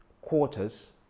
quarters